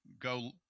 go